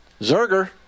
Zerger